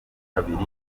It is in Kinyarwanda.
kabiri